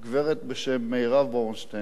גברת בשם מרב ברונשטיין,